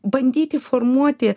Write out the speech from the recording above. bandyti formuoti